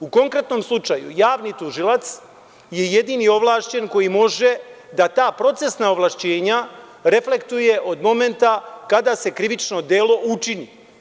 U konkretnom slučaju, javni tužilac je jedini ovlašćen koji može da ta procesna ovlašćenja reflektuje od momenta kada se krivično delo učini.